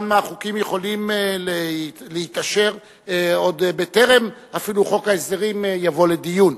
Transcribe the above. גם החוקים יכולים להתאשר עוד בטרם יבוא אפילו חוק ההסדרים לדיון.